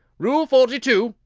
rule forty-two.